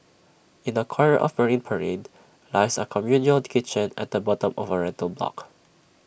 in A corner of marine parade lies A communal kitchen at the bottom of A rental block